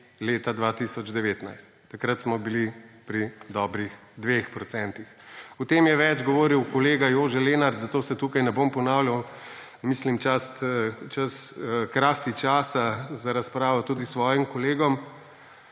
leta 2019. Takrat smo bili pri dobrih 2 %. O tem je več govoril kolega Jože Lenart, zato se tukaj ne bom ponavljal, ne mislim krasti časa za razpravo tudi svojim kolegom.